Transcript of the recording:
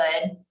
good